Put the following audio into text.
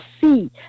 see